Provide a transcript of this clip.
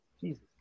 Jesus